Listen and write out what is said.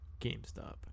GameStop